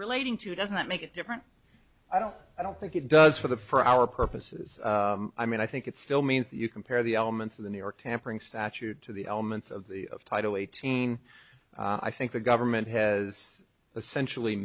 relating to doesn't that make it different i don't i don't think it does for the for our purposes i mean i think it still means that you compare the elements of the new york tampering statute to the elements of the of title eighteen i think the government has essentially